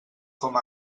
com